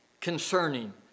concerning